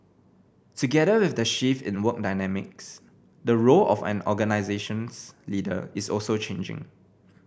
together with the shift in work dynamics the role of an organisation's leader is also changing